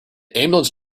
ambulance